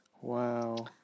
Wow